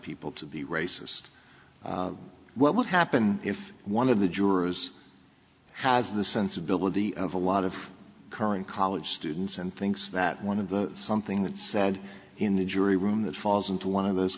people to the races what would happen if one of the jurors has the sensibility of a lot of current college students and thinks that one of the something that said in the jury room that falls into one of those